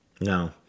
No